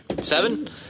Seven